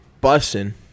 busting